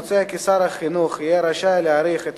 מוצע כי שר החינוך יהיה רשאי להאריך את